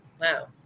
Wow